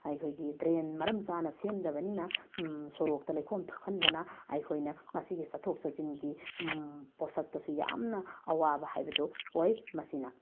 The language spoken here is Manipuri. ꯑꯩꯈꯣꯏꯒꯤ ꯗ꯭ꯔꯦꯟ ꯃꯔꯝ ꯆꯥꯅ ꯁꯦꯝꯗꯕꯅꯤꯅ ꯁꯣꯔꯣꯛꯇ ꯂꯩꯈꯣꯝ ꯊꯣꯛꯍꯟꯗꯅ ꯑꯩꯈꯣꯏꯅ ꯃꯁꯤꯒꯤ ꯆꯠꯊꯣꯛ ꯆꯠꯁꯤꯟꯒꯤ ꯄꯣꯠꯁꯛꯇꯁꯨ ꯌꯥꯝꯅ ꯑꯋꯥꯕ ꯍꯥꯏꯕꯗꯨ ꯑꯣꯏ ꯃꯁꯤꯅ